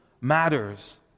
matters